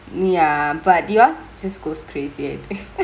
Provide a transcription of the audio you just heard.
ya but yours just goes crazy I think